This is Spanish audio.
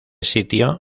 sitio